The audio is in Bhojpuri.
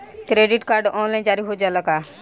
क्रेडिट कार्ड ऑनलाइन जारी हो जाला का?